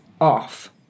off